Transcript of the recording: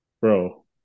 Bro